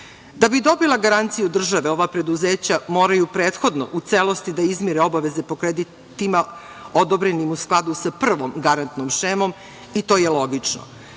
Da bi dobila garanciju države ova preduzeća moraju prethodno u celosti da izmire obaveze po kreditima odobrenim u skladu sa prvom garantnom šemom i to je logično.